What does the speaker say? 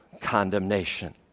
condemnation